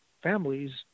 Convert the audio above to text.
families